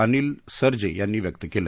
आनिल सर्जे यांनी व्यक्त केलं